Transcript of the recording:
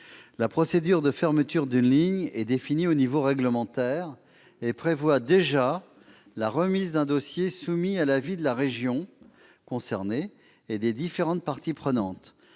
La procédure de fermeture d'une ligne est définie au niveau réglementaire et prévoit déjà la remise d'un dossier soumis à l'avis de la région concernée et des différentes parties prenantes.